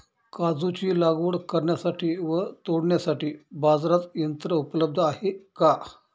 काजूची लागवड करण्यासाठी व तोडण्यासाठी बाजारात यंत्र उपलब्ध आहे का?